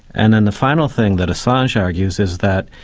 and then the final thing that assange argues is that